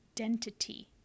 identity